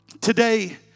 Today